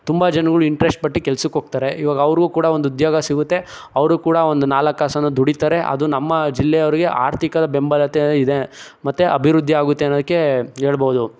ತುಂಬ ಜನಗಳು ಇಂಟರೆಸ್ಟ್ ಪಟ್ಟಿ ಕೆಲ್ಸಕ್ಕೆ ಹೋಗ್ತಾರೆ ಈವಾಗ ಅವ್ರಿಗೂ ಕೂಡ ಒಂದು ಉದ್ಯೋಗ ಸಿಗುತ್ತೆ ಅವ್ರಿಗೂ ಕೂಡ ಒಂದು ನಾಲ್ಕು ಕಾಸನ್ನು ದುಡೀತಾರೆ ಅದು ನಮ್ಮ ಜಿಲ್ಲೆಯವ್ರಿಗೆ ಆರ್ಥಿಕದ ಬೆಂಬಲತೆ ಇದೆ ಮತ್ತೆ ಅಭಿವೃದ್ಧಿಯಾಗುತ್ತೆ ಅನ್ನೋದಕ್ಕೆ ಹೇಳ್ಬಹುದು